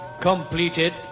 Completed